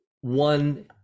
one